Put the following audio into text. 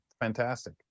Fantastic